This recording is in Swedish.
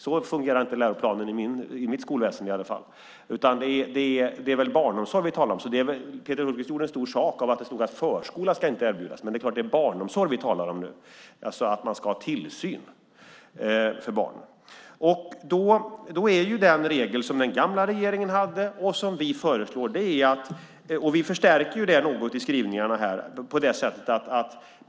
Så fungerar inte läroplanen i mitt skolväsen i alla fall. Det är väl barnomsorg vi talar om. Peter Hultqvist gjorde en stor sak av att det stod att förskola inte ska erbjudas, men det är klart att det är barnomsorg vi talar om nu, att man ska ha tillsyn för barnen. Då är regeln den som den gamla regeringen hade och som vi föreslår. Vi förstärker det något i skrivningarna.